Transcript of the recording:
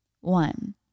One